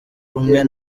rumwe